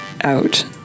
out